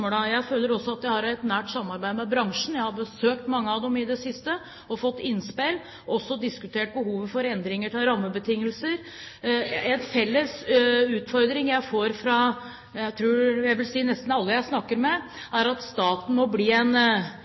Jeg føler også at jeg har et nært samarbeid med bransjen. Jeg har besøkt mange av dem i det siste og fått innspill og også diskutert behovet for endring av rammebetingelser. En felles utfordring som jeg får fra nesten alle jeg snakker med, er at staten må bli en